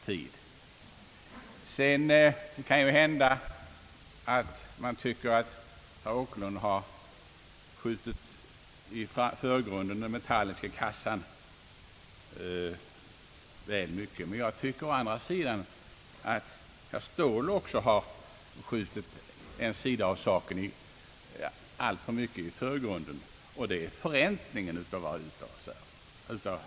Sedan kan det ju hända att herr Åkerlund väl mycket har skjutit den metalliska kassan i förgrunden, men jag tycker å andra sidan att också herr Ståhle alltför mycket har skjutit en sida av saken i förgrunden, nämligen förräntningen av våra valutor.